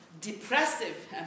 depressive